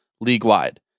league-wide